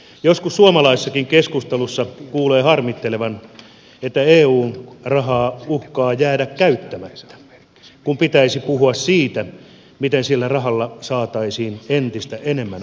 joskus suomalaisessakin keskustelussa kuulee harmiteltavan että eu rahaa uhkaa jäädä käyttämättä kun pitäisi puhua siitä miten sillä rahalla saataisiin entistä enemmän aikaan